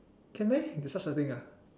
can meh got such a thing ah